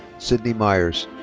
sydney myers.